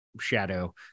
shadow